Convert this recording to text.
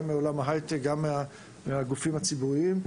גם מעולם ההייטק וגם מהגופים הציבוריים.